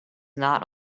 not